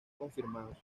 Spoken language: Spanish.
confirmados